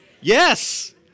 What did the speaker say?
Yes